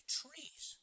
trees